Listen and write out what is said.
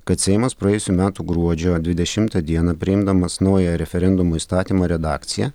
kad seimas praėjusių metų gruodžio dvidešimtą dieną priimdamas naują referendumo įstatymo redakciją